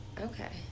Okay